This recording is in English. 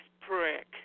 prick